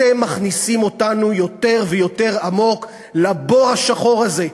אתם מכניסים אותנו יותר ויותר עמוק לבור השחור הזה,